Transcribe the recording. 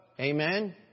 Amen